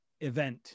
event